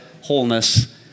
wholeness